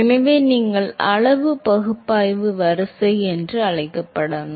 எனவே நீங்கள் அளவு பகுப்பாய்வு வரிசை என்று அழைக்கப்பட வேண்டும்